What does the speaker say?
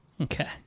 Okay